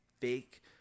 fake